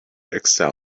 excel